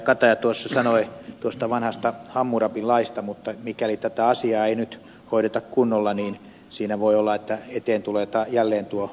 kataja sanoi tuosta vanhasta hammurabin laista mutta mikäli tätä asiaa ei nyt hoideta kunnolla voi olla että eteen tulee jälleen tuo murphyn laki